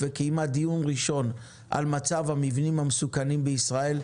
הוועדה קיימה דיון ראשון על מצב המבנים המסוכנים בישראל,